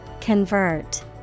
Convert